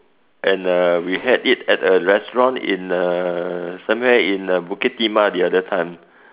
and uh we had it at a restaurant in uh somewhere in uh Bukit-Timah the other time